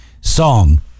Song